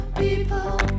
people